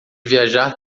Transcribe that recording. viajar